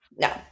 No